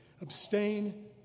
Abstain